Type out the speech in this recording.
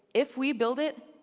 if we build it,